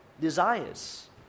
desires